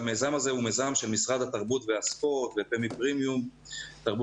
היה נתון אחד של מישהו מהמיסוי לגבי הפעימות והכספים